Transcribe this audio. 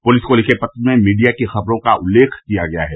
police को लिखे पत्र में मीडिया की खबरों का उल्लेख किया गया है